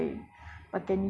bila